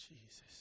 Jesus